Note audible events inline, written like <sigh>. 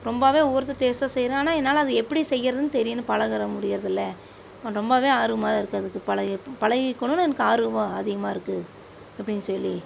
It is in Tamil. ரொம்ப <unintelligible> டேஸ்ட்டாக செய்கிறான் ஆனால் என்னால் அது எப்படி செய்யுறதுன்னு தெரிணும் பழக முடியுறதில்ல ரொம்ப ஆர்வமாக இருக்கு அதுக்கு பழகி பழகிக்கணுன்னு எனக்கு ஆர்வம் அதிகமாக இருக்கு எப்படின்னு சொல்லி